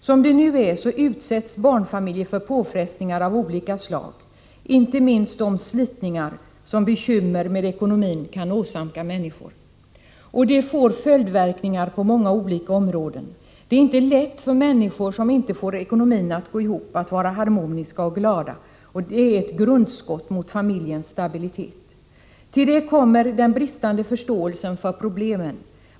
Som det nu är utsätts barnfamiljer för påfrestningar av olika slag, inte minst de slitningar som bekymmer med ekonomin kan åsamka människor. Och det får följdverkningar på många olika områden. Det är inte lätt för människor som inte får ekonomin att gå ihop att vara harmoniska och glada. Det är ett grundskott mot familjens stabilitet. Till det kommer den bristande förståelsen för problemen.